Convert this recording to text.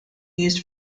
used